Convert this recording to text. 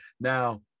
Now